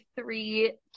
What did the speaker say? three